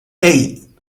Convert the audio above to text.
hey